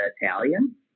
Italian